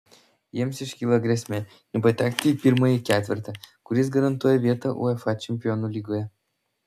jiems iškilo grėsmė nepatekti į pirmąjį ketvertą kuris garantuoja vietą uefa čempionų lygoje